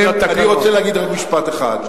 אני מסיים, אני רוצה להגיד רק משפט אחד.